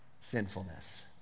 Sinfulness